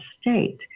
state